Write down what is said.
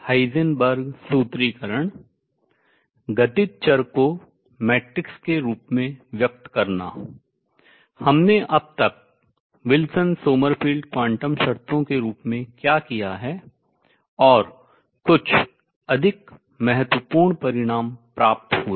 हमने अब तक विल्सन सोमरफेल्ड क्वांटम शर्तों के रूप में क्या किया है और कुछ अधिक महत्वपूर्ण परिणाम प्राप्त हुए